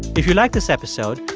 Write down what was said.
if you like this episode,